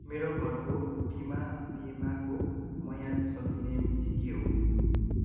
मेरो घरको बिमा बिमाको म्याद सकिने मिति के हो